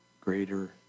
greater